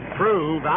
prove